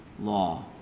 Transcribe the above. law